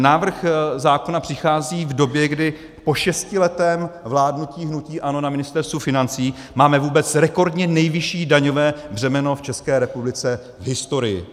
Návrh zákona přichází v době, kdy po šestiletém vládnutí hnutí ANO na Ministerstvu financí máme vůbec rekordně nejvyšší daňové břemeno v České republice v historii.